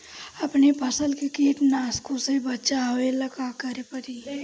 अपने फसल के कीटनाशको से बचावेला का करे परी?